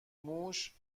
موش